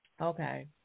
Okay